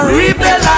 rebel